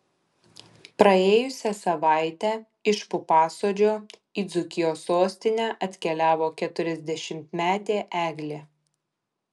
praėjusią savaitę iš pupasodžio į dzūkijos sostinę atkeliavo keturiasdešimtmetė eglė